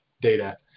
data